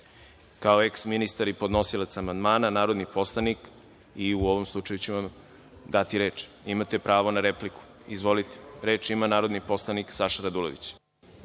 kao eh ministar i podnosilac amandmana, narodni poslanik, i u ovom slučaju ću vam dati reč. Imate pravo na repliku. Izvolite. Reč ima narodni poslanik Saša Radulović.